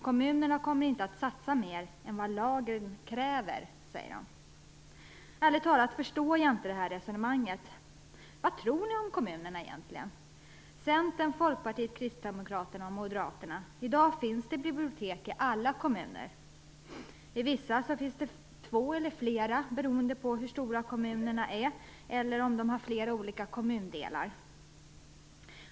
Kommunerna kommer inte att satsa mer än vad lagen kräver, säger de. Ärligt talat förstår jag inte det resonemanget. Vad tror ni om kommunerna egentligen, Centern, Folkpartiet, Kristdemokraterna och Moderaterna? I dag finns det bibliotek i alla kommuner. I vissa kommuner finns det två eller flera, det beror på hur stora de är eller på om de har flera olika kommundelar.